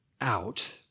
out